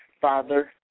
Father